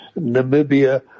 Namibia